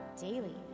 daily